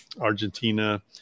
Argentina